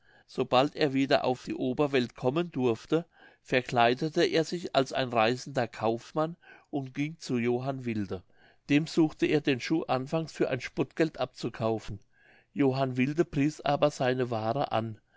sobald er daher wieder auf die oberwelt kommen durfte verkleidete er sich als ein reisender kaufmann und ging zu johann wilde dem suchte er den schuh anfangs für ein spottgeld abzukaufen johann wilde pries aber seine waare an